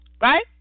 Right